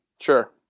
Sure